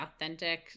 authentic